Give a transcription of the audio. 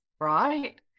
right